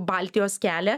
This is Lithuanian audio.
baltijos kelią